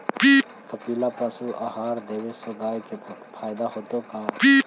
कपिला पशु आहार देवे से गाय के फायदा होतै का?